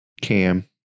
Cam